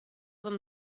them